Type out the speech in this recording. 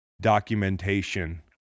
documentation